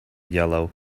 yellow